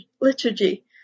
liturgy